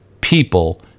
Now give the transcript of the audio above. people